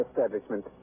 establishment